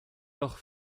doch